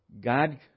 God